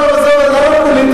אה, עזוב, עזוב, למה פוליטיקה?